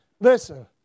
Listen